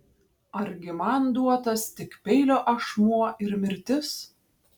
argi man duotas tik peilio ašmuo ir mirtis